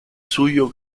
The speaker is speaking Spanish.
suyo